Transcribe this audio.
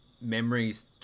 memories